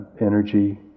energy